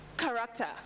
Character